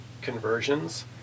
conversions